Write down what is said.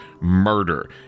murder